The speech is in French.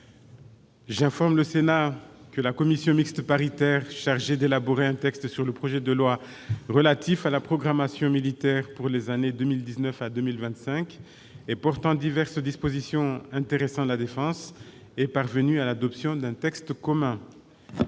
J'informe le Sénat que la commission mixte paritaire chargée d'élaborer un texte sur le projet de loi relatif à la programmation militaire pour les années 2019 à 2025 et portant diverses dispositions intéressant la défense est parvenue à l'adoption d'un texte commun.